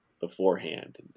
beforehand